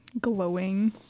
glowing